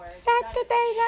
Saturday